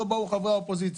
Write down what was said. לא באו לעבוד חברי האופוזיציה.